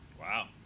Wow